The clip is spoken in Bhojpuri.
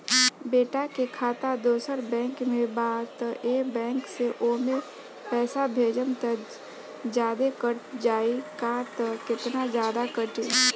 बेटा के खाता दोसर बैंक में बा त ए बैंक से ओमे पैसा भेजम त जादे कट जायी का त केतना जादे कटी?